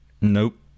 Nope